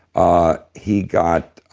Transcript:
ah he got